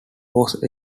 was